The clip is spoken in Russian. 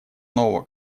нового